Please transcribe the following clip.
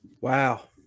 wow